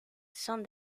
son